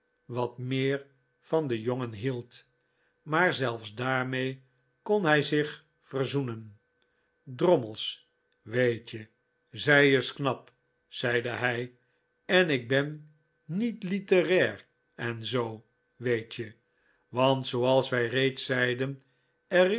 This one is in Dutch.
wat meer van den jongen hield maar zelfs daarmee kon hij zich verzoenen drommels weet je zij is knap zeide hij en ik ben niet litterair en zoo weet je want zooals wij reeds zeiden